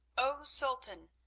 o sultan,